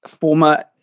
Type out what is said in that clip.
former